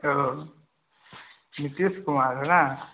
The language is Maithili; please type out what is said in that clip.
ओ नितीश कुमार ह ने